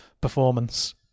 performance